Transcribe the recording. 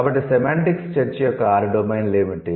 కాబట్టి సెమాంటిక్స్ చర్చ యొక్క 6 డొమైన్లు ఏమిటి